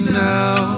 now